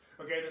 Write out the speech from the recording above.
Okay